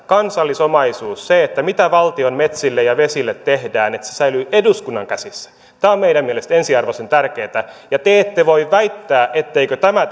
kansallisomaisuus se mitä valtion metsille ja vesille tehdään että se säilyy eduskunnan käsissä on meidän mielestämme ensiarvoisen tärkeätä ja te ette voi väittää etteikö tämä